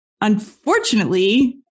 Unfortunately